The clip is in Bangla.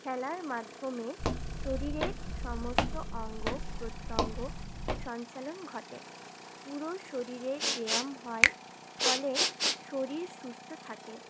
খেলার মাধ্যমে শরীরের সমস্ত অঙ্গ প্রত্যঙ্গ সঞ্চালন ঘটে পুরো শরীরের ব্যায়াম হয় ফলে শরীর সুস্থ থাকে